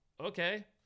okay